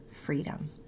freedom